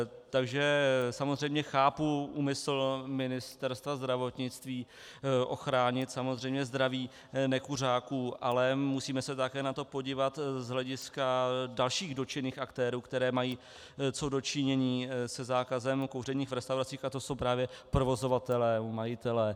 Takže samozřejmě chápu úmysl Ministerstva zdravotnictví ochránit zdraví nekuřáků, ale musíme se také na to podívat z hlediska dalších dotčených aktérů, kteří mají co do činění se zákazem kouření v restauracích, a to jsou právě provozovatelé nebo majitelé.